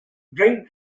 drink